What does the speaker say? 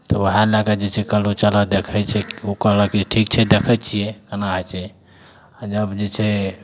तऽ वएहे लए कऽ जे छै कहलहुँ चलऽ देखय छियै उ कहलक जे ठीक छै देखय छियै केना होइ छै आओर जब जे छै